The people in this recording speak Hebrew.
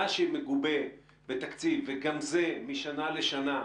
מה שמגובה בתקציב, וגם זה משנה לשנה,